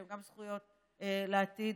שהן גם זכויות לעתיד?